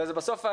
בסוף,